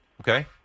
Okay